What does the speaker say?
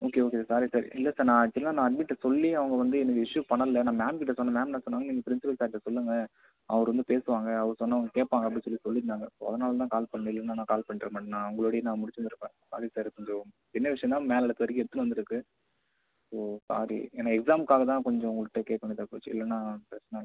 okay okay sir sorry sir இல்லை sir நான் ஆக்சுவலாக நான் அட்மின்கிட்ட சொல்லி அவங்க வந்து எனக்கு இஷ்யு பண்ணலை நான் மேம்கிட்ட சொன்னேன் மேம் என்ன சொன்னாங்க நீங்கள் பிரின்சிபால் சார்கிட்ட சொல்லுங்கள் அவர் வந்து பேசுவாங்க அவர் சொன்னால் அவங்க கேட்பாங்க அப்படி சொல்லி சொல்லியிருந்தாங்க ஸோ அதனால் தான் நான் கால் பண்ணேன் இல்லைன்னா நான் கால் பண்ணியிருக்க மாட்டேன் நான் அவங்களோடையே நான் முடித்திருந்துருப்பேன் ஸாரி சார் இது கொஞ்சம் சின்ன விஷயம் தான் மேலிடத்து வரைக்கும் எடுத்துன்னு வந்துருக்குது ஸோ சாரி ஏன்னால் எக்ஸாமுக்காக தான் கொஞ்சம் உங்கள்கிட்ட கேட்க வேண்டியதாக போச்சு இல்லைனா பிரச்சனை இல்லை